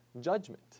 judgment